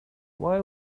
why